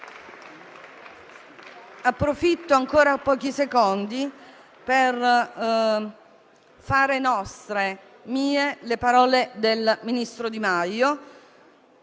Approfitto ancora di pochi secondi per fare nostre, mie, le parole del ministro Di Maio: